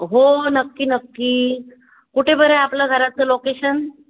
हो नक्की नक्की कुठे बरं आपलं घराचं लोकेशन